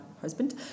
husband